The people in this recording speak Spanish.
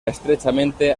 estrechamente